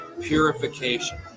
Purification